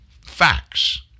facts